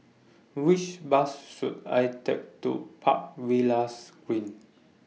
Which Bus should I Take to Park Villas Green